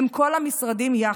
הם כל המשרדים יחד.